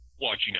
watching